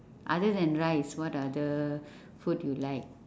other than rice what other food you like